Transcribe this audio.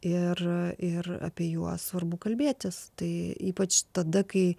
ir ir apie juos svarbu kalbėtis tai ypač tada kai